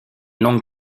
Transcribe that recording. longue